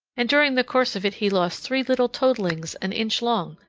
and during the course of it he lost three little toadlings an inch long.